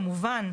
כמובן,